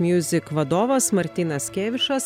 music vadovas martynas kėvišas